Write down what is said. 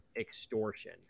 extortion